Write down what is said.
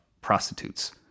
prostitutes